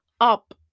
up